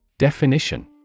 Definition